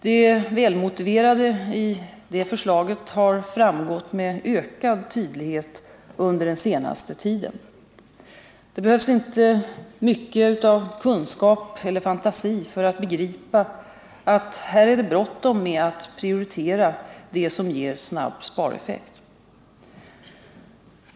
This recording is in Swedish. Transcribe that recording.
Det välmotiverade i detta förslag har framgått med ökad tydlighet under den senaste tiden. Det behövs inte mycket av kunskap eller fantasi för att begripa att här är det bråttom med att prioritera det som ger snabb spareffekt.